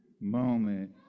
moment